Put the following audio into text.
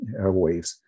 airwaves